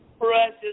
precious